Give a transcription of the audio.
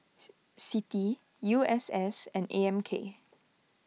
Citi U S S and A M K